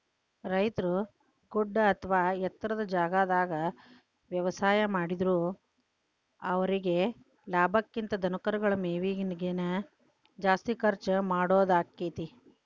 ರೈತರು ಗುಡ್ಡ ಅತ್ವಾ ಎತ್ತರದ ಜಾಗಾದಾಗ ವ್ಯವಸಾಯ ಮಾಡಿದ್ರು ಅವರೇಗೆ ಲಾಭಕ್ಕಿಂತ ಧನಕರಗಳ ಮೇವಿಗೆ ನ ಜಾಸ್ತಿ ಖರ್ಚ್ ಮಾಡೋದಾಕ್ಕೆತಿ